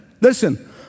listen